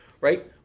right